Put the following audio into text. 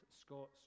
Scots